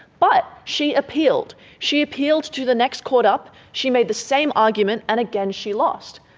but she appealed. she appealed to the next court up, she made the same argument, and again she lost.